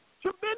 Tremendous